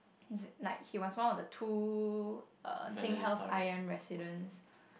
like he was one of the two uh SingHealth I_M residence